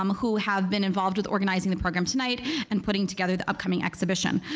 um who have been involved with organizing the program tonight and putting together the upcoming exhibition.